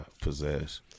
possess